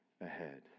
ahead